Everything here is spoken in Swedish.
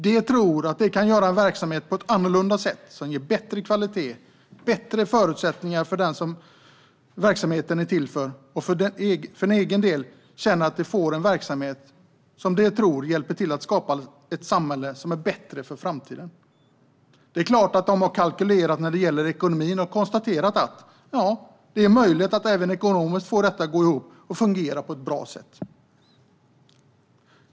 De tror att de kan göra verksamheten på ett annorlunda sätt som ger bättre kvalitet och bättre förutsättningar för den som verksamheten är till för. För egen del känner de att de får en verksamhet som de tror hjälper till att skapa ett samhälle som är bättre för framtiden. Det är klart att de har kalkylerat när det gäller ekonomin och konstaterat att det är möjligt att även ekonomiskt få det att gå ihop och fungera på ett bra sätt.